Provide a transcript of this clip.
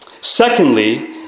Secondly